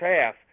half